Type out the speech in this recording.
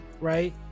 right